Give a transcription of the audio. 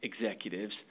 executives